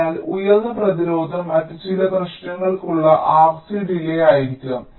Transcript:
അതിനാൽ ഉയർന്ന പ്രതിരോധം മറ്റ് ചില പ്രശ്നങ്ങൾക്കുള്ള RC ഡിലേയ് ആയിരിക്കും